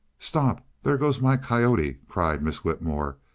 stop! there goes my coyote! cried miss whitmore,